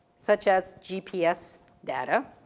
such as gps data,